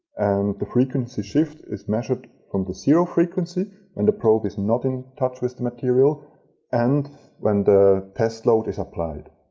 and the frequency shift is measured from the zero frequency when and the probe is not in touch with the material and when the test load is applied